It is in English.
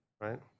Right